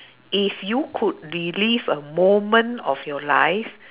if you could relive a moment of your life